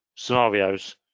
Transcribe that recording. scenarios